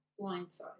Blindside